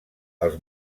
els